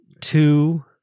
two